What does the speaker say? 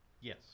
Yes